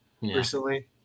recently